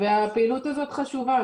והפעילות הזאת חשובה.